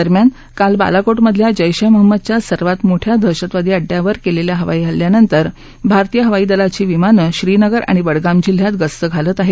दरम्यान काल बालाकोटमधल्या जैश महम्मदच्या सर्वात मोठ्या दहशतवादी अङ्ड्यांवर केलेल्या हवाई हल्ल्यानंतर भारतीय हवाई दलाची विमानं श्रीनगर आणि बडगाम जिल्ह्यात गस्त घालत आहेत